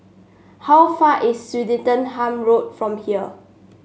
how far is Swettenham Road from here